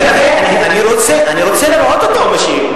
אני רוצה לראות אותו משיב.